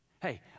Hey